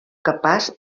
capaç